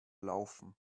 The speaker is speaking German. laufen